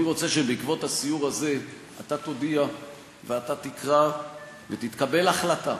אני רוצה שבעקבות הסיור הזה אתה תודיע ואתה תקרא ותתקבל החלטה